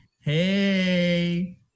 Hey